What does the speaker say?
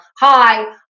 hi